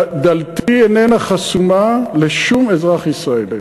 דלתי איננה חסומה לשום אזרח ישראלי.